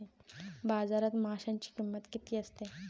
बाजारात माशांची किंमत किती असते?